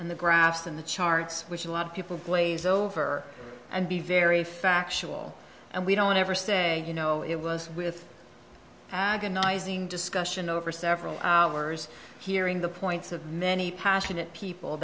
and the graphs and the charts which a lot of people glaze over and be very factual and we don't ever say you know it was with agonizing discussion over several hours hearing the points of many passionate people